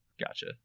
Gotcha